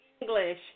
English